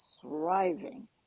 thriving